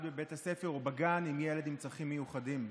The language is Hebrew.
בבית הספר או בגן עם ילד עם צרכים מיוחדים.